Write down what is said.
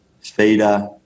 feeder